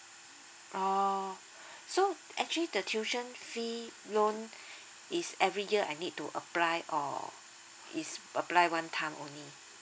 oh so actually the tuition fee loan it's every year I need to apply or it's applied one time only